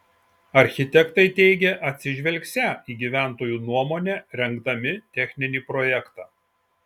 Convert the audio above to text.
architektai teigė atsižvelgsią į gyventojų nuomonę rengdami techninį projektą